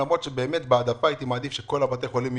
אני הייתי מעדיף שיהיה בכל בתי החולים,